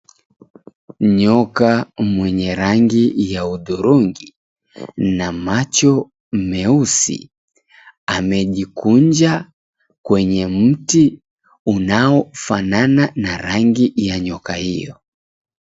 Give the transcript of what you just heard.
Nyoka mwenye rangi ya hudhurungi na macho meusi, amejikunja kwenye mti unaofanana na rangi ya nyoka hiyo.